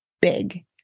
big